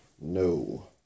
No